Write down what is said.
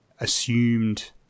assumed